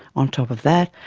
on top of that,